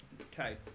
Okay